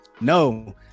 no